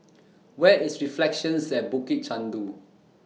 Where IS Reflections At Bukit Chandu